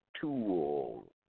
tool